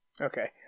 Okay